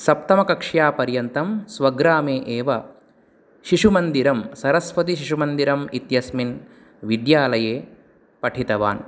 सप्तमकक्ष्यापर्यन्तं स्वग्रामे एव शिशुमन्दिरं सरस्वतिशिशुमन्दिरम् इत्यस्मिन् विद्यालये पठितवान्